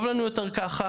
טוב לנו יותר ככה,